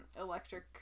Electric